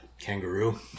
kangaroo